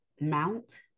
Mount